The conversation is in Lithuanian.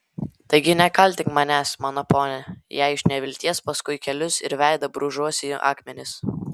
taigi nekaltink manęs mano pone jei iš nevilties paskui kelius ir veidą brūžuosi į akmenis